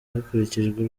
hakurikijwe